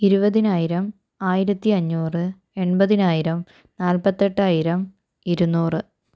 ഇരുപതിനായിരം ആയിരത്തി അഞ്ഞൂറ് എൺപതിനായിരം നാൽപ്പത്തെട്ടായിരം ഇരുന്നൂറ്